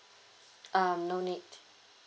um no need